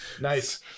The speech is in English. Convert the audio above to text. Nice